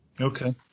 Okay